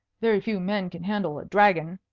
very few men can handle a dragon,